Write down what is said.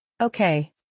Okay